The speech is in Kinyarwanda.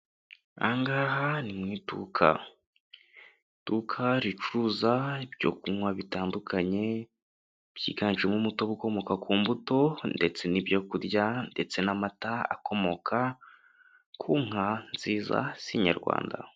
Aha ngaha ni mu iduka, iduka ricuza ibyo kunywa bitandukanye byiganjemo umutobe ukomoka ku mbuto ndetse n'ibyo kurya ndetse n'amata akomoka ku nka nziza z'inyarwanda.